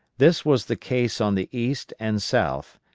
this was the case on the east and south,